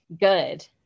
good